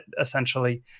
essentially